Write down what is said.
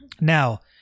Now